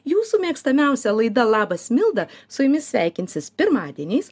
jūsų mėgstamiausia laida labas milda su jumis sveikinsis pirmadieniais